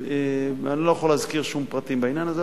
אני לא יכול להזכיר שום פרטים בעניין הזה,